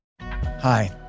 Hi